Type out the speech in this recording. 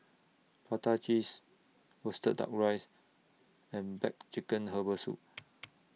Prata Cheese Roasted Duck Rice and Black Chicken Herbal Soup